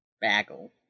Bagel